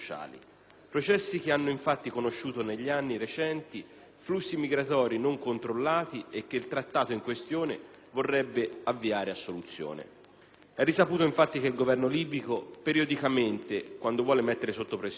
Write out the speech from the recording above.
Processi che hanno conosciuto negli anni recenti flussi migratori non controllati e che il Trattato in questione vorrebbe avviare a soluzione. È risaputo infatti che il Governo libico, periodicamente, quando vuole mettere sotto pressione